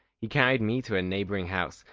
he carried me to a neighbouring house,